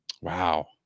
Wow